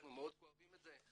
אנחנו מאוד כואבים את זה,